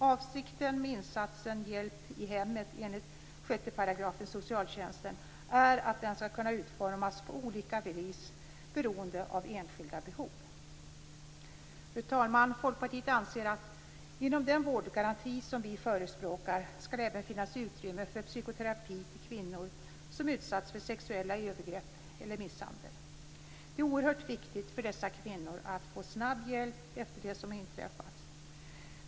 Avsikten med insatsen hjälp i hemmet, enligt 6 § socialtjänstlagen, är att den skall kunna utformas på olika vis beroende på enskilda behov. Fru talman! Folkpartiet anser att det inom den vårdgaranti som vi förespråkar även skall finnas utrymme för psykoterapi för kvinnor som utsatts för sexuella övergrepp eller misshandel. Det är oerhört viktigt för dessa kvinnor att få snabb hjälp efter det som har inträffat.